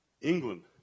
England